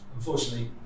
Unfortunately